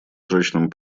срочном